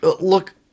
look